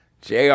JR